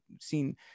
seen